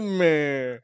man